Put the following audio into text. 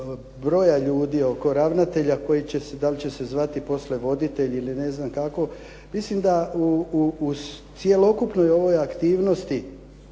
broja ljudi, oko ravnatelja koji će se, da li će zvati poslije voditelj ili ne znam kako, mislim da u cjelokupnoj ovoj aktivnosti